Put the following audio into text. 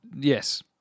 Yes